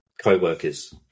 co-workers